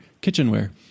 kitchenware